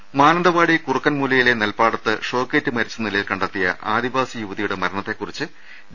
ദർവ്വക്ക മാനന്തവാടി കുറുക്കൻമൂലയിലെ നെൽപ്പാടത്ത് ഷോക്കേറ്റ് മരിച്ച നില യിൽ കണ്ടെത്തിയ ആദിവാസി യുവതിയുടെ മരണത്തെക്കുറിച്ച് ഡി